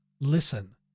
Listen